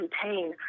contain